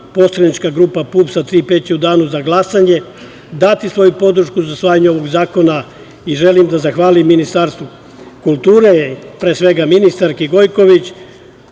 poslanička grupa PUPS- „Tri P“ će u Danu za glasanje dati svoju podršku za usvajanje ovog zakona i želim da zahvalim Ministarstvu kulture, pre svega ministarki Gojković